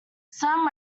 some